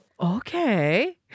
Okay